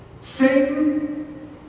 Satan